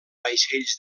vaixells